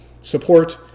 support